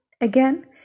again